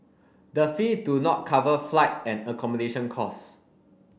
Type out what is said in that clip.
the fee do not cover flight and accommodation costs